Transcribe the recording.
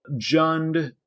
jund